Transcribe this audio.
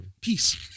Peace